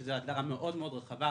זו הגדרה מאוד מאוד רחבה,